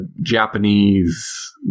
Japanese